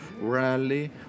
rally